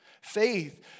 Faith